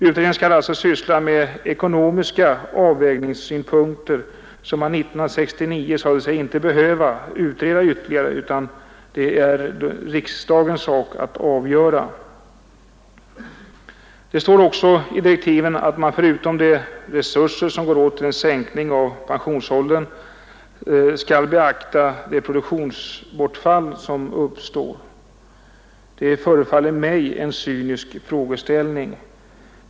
Utredningen skall alltså syssla med ekonomiska avvägningsfrågor som man 1969 sade sig inte behöva utreda ytterligare; de är, menade man riksdagens sak. Det sägs också i direktiven att man förutom de resurser som går åt till en sänkning av pensionsåldern skall beakta det produktionsbortfall som uppstår. Det förefaller mig cyniskt.